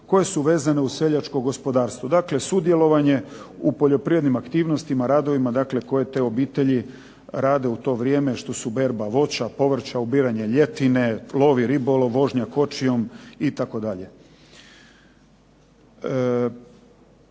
koje su vezane uz seljačko gospodarstvo. Dakle, sudjelovanje u poljoprivrednim aktivnostima, radovima dakle koje te obitelji rade u to vrijeme kao što su berba voća, povrća, ubiranje ljetine, lov i ribolov, vožnja kočijom itd.